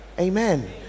amen